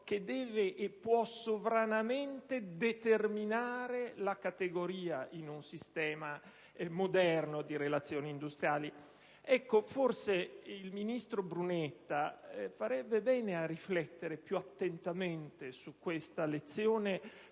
che deve sovranamente determinare la categoria in un sistema moderno di relazioni industriali. Forse il ministro Brunetta farebbe bene a riflettere più attentamente su questa lezione